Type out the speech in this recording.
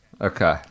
Okay